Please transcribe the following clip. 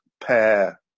pair